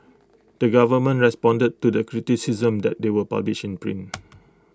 the government responded to the criticisms that they were published in print